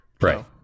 Right